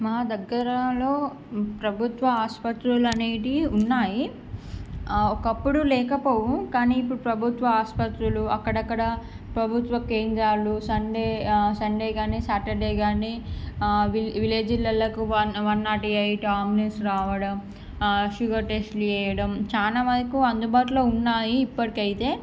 మా దగ్గరలో ప్రభుత్వ ఆసుపత్రులు అనేవి ఉన్నాయి ఆ ఒక్కప్పుడు లేవు కానీ ఇప్పుడు ప్రభుత్వ ఆసుపత్రులు అక్కడక్కడ ప్రభుత్వ కేంద్రాలు సండే సండే కానీ సాటర్డే కానీ ఆ విల్లేజ్లకు వ వన్ నాట్ ఎయిట్ అంబులెన్స్ రావటం షుగర్ టెస్ట్లు చేయటం చాలా వరకు అందుబాటులో ఉన్నాయి ఇప్పటికి అయితే